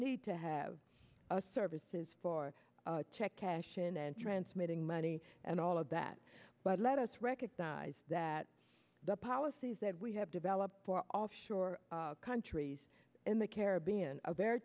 need to have a services for check cashin and transmitting money and all of that but let us recognize that the policies that we have developed for offshore countries in the caribbean a very